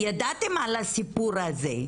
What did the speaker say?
ידעתם על הסיפור הזה.